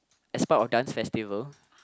as part of dance festival